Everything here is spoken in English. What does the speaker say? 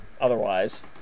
otherwise